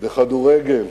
בכדורגל.